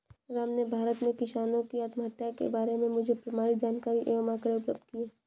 राम ने भारत में किसानों की आत्महत्या के बारे में मुझे प्रमाणित जानकारी एवं आंकड़े उपलब्ध किये